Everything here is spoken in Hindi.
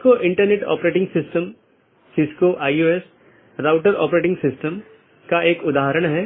स्लाइड पहले चर्चा की थी कि यह आम तौर पर एक सीधे जुड़े नेटवर्क को साझा करता है